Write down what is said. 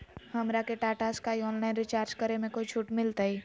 हमरा के Tata Sky online recharge करे में कोई छूट मिलतई